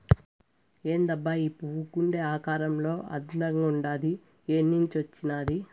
ఏందబ్బా ఈ పువ్వు గుండె ఆకారంలో అందంగుండాది ఏన్నించొచ్చినాది